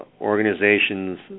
organizations